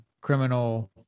criminal